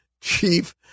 chief